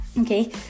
Okay